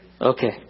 Okay